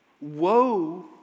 Woe